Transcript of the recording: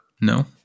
No